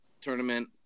tournament